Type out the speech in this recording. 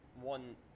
one